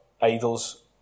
idols